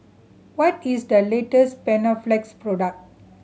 what is the latest Panaflex product